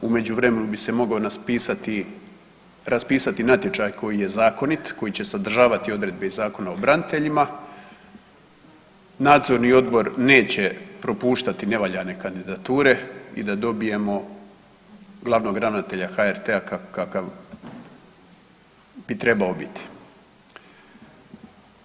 U međuvremenu bi se mogao raspisati natječaj koji je zakonit, koji će sadržavati odredbe iz Zakona o braniteljima, nadzorni odbor neće propuštati nevaljane kandidature i da dobijemo glavnog ravnatelja HRT-a kakav bi trebao biti.